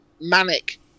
manic